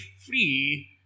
free